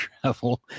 travel